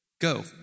go